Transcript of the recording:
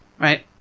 Right